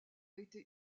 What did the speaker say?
été